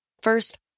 First